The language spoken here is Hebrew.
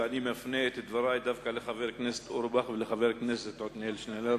ואני מפנה את דברי דווקא לחבר הכנסת אורבך ולחבר הכנסת עתניאל שנלר,